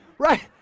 Right